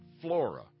Flora